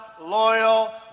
loyal